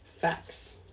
facts